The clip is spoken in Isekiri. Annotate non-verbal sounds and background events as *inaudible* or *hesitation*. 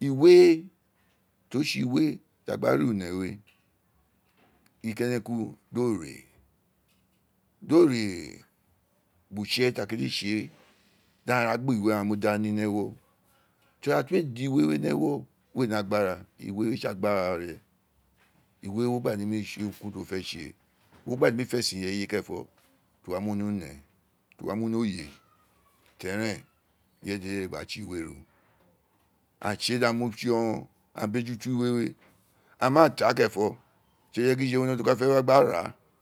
iwe ti o tsi iwe ti a gba re une we *noise* di ikene ku do re *noise* do re uboutse ti a kele tse *noise* di aghaan ra gha iwe di aa mu da ni ni ewo *hesitation* to ri ira ti uwo ee gbe iwe ni ewo we ni agbara iwe we owun he tsi agbara re *noise* i we we owun wo gba nemi tse urun kurun ti uwo fe tse *noise* ti wo gba ne me fesen ireye kerenfo ti wo wa mu ni une *noise* ti wo wa mu ni oye tori eren ireye dede gba je iwe ee tse di aghaan mu tsi o̦gho̦n aa bejuto iwe aa ma taa keren fo̦ to ri ireye gidi je wa ka fe wa gba ra.